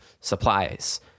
supplies